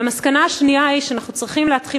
המסקנה השנייה היא שאנחנו צריכים להתחיל